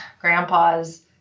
grandpas